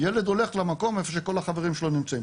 הילד הולך למקום איפה שכל החברים שלו נמצאים.